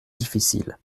difficile